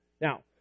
Now